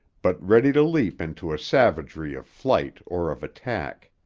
but ready to leap into a savagery of flight or of attack.